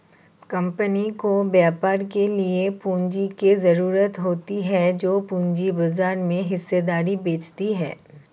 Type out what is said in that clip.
company को व्यापार के लिए पूंजी की ज़रूरत होती है जो पूंजी बाजार में हिस्सेदारी बेचती है